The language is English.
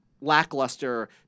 lackluster